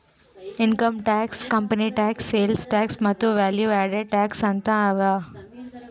income tax, company tax, sales tax ಮತ್ತ value added tax ಅಂತ್ ಅವಾ